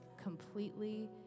Completely